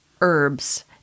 herbs